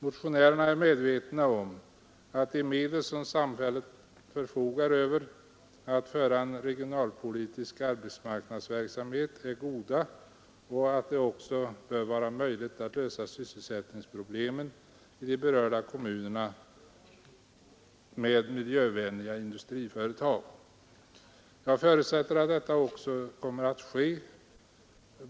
Motionärerna är medvetna om att de medel samhället förfogar över för att föra en regionalpolitisk arbetsmarknadsverksamhet är goda och att det bör vara möjligt att lösa sysselsättningsproblemen i de berörda kommunerna med miljövänliga industriföretag. Jag förutsätter att detta också kommer att ske.